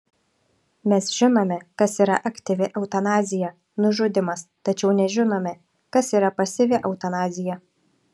mes žinome kas yra aktyvi eutanazija nužudymas tačiau nežinome kas yra pasyvi eutanazija